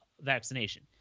vaccination